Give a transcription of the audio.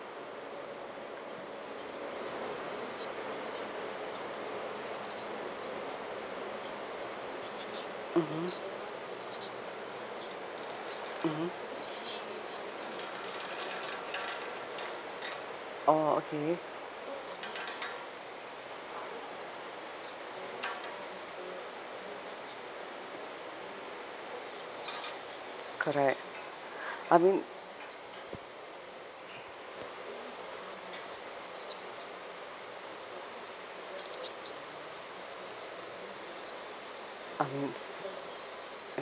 mmhmm mmhmm orh okay correct I mean um